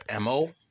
MO